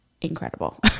incredible